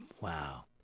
Wow